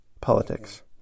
politics